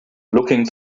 looking